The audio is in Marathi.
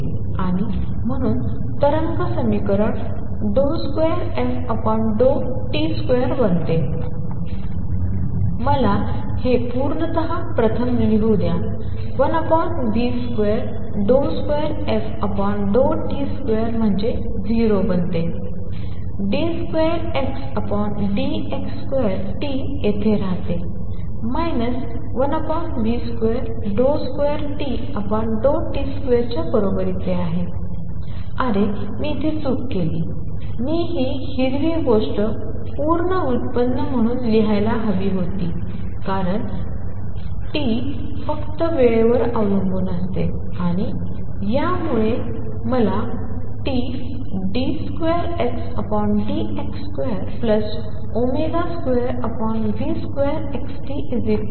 आणि म्हणून तरंग समीकरण 2ft2 बनते मला हे पूर्णतः प्रथम लिहू द्या 1v22ft2 म्हणजे 0 बनते d2Xdx2T येथे राहते 1v22Tt2च्या बरोबरीचे आहे अरे मी इथे चूक केली मी ही हिरवी गोष्ट पूर्ण व्युत्पन्न म्हणून लिहायला हवी होती कारण टी फक्त वेळेवर अवलंबून असते आणि यामुळे मला Td2Xdx22v2XT0